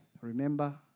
Remember